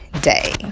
day